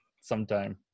sometime